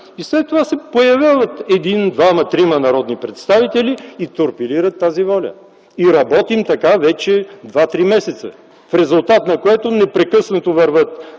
След това се появяват обаче един, двама или трима народни представители и торпилират тази воля и така работим вече два-три месеца. В резултат на това непрекъснато вървят